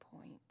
point